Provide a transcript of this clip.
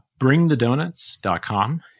Bringthedonuts.com